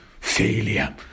failure